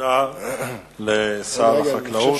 תודה לשר החקלאות.